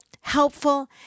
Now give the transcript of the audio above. helpful